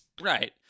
Right